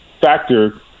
factor